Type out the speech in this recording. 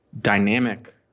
dynamic